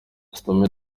stormy